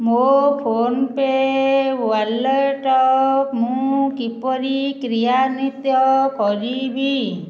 ମୋ PhonePe wallet ମୁଁ କିପରି କ୍ରିୟାନ୍ଵିତ କରିବି